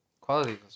qualities